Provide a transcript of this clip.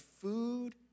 food